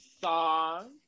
song